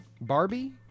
Barbie